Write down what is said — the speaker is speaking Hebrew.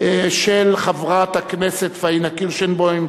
של חברת הכנסת פאינה קירשנבאום.